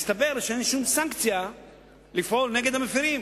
מסתבר שאין שום סנקציה לפעול נגד המפירים.